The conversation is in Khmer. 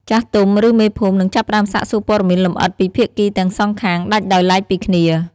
ចាស់ទុំ ឬមេភូមិ នឹងចាប់ផ្តើមសាកសួរព័ត៌មានលម្អិតពីភាគីទាំងសងខាងដាច់ដោយឡែកពីគ្នា។